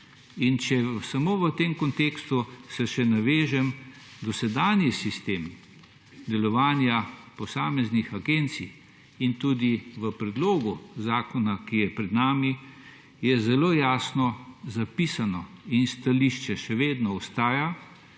se samo v tem kontekstu navežem, dosedanji sistem delovanja posameznih agencij in tudi v predlogu zakona, ki je pred nami, je zelo jasno zapisano in stališče še vedno ostaja,